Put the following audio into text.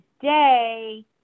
today